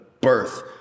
birth